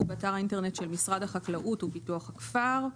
באתר האינטרנט של משרד החקלאות ופיתוח הכפר,